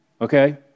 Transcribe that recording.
Okay